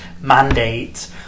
mandate